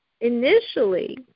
initially